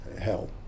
hell